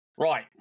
Right